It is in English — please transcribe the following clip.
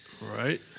right